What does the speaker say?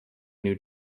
new